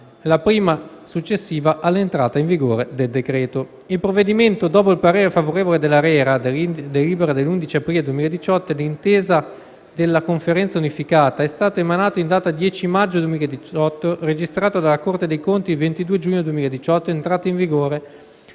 la prima successiva all'entrata in vigore del decreto. Il provvedimento, dopo il parere favorevole dell'ARERA (delibera dell'11 aprile 2018) e l'intesa della Conferenza unificata, è stato emanato in data 10 maggio 2018, è stato registrato dalla Corte dei conti il 22 giugno 2018 ed è entrato in vigore